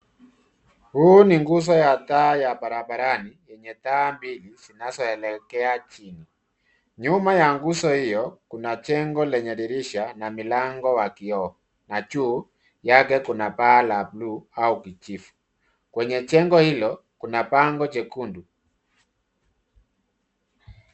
Huu ni nguzo ya taa ya barabarani, yenye taa mbili, zinazoelekea chini. Nyuma ya nguzo hiyo, kuna jengo lenye dirisha na mlango wa kioo. Na juu yake, kuna paa la bluu au kijivu. Kwenye jengo hilo kuna bango jekundu.